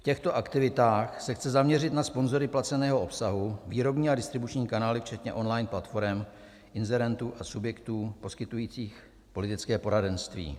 V těchto aktivitách se chce zaměřit na sponzory placeného obsahu, výrobní a distribuční kanály včetně online platforem, inzerentů a subjektů poskytujících politické poradenství.